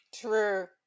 True